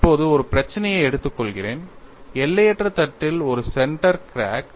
இப்போது ஒரு பிரச்சினையை எடுத்துக் கொள்கிறேன் எல்லையற்ற தட்டில் ஒரு சென்டர் கிராக்